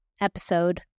episode